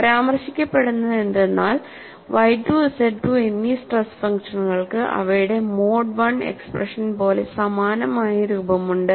പരാമർശിക്കപ്പെടുന്നതെന്തെന്നാൽ YII ZII എന്നീ stress ഫംഗ്ഷനുകൾക്ക് അവയുടെ മോഡ് I എക്സ്പ്രഷൻ പോലെ സമാനമായ രൂപമുണ്ട്